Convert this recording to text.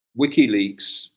WikiLeaks